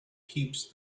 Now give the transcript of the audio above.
heaps